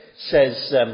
says